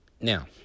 Now